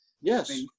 Yes